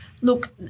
Look